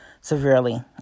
severely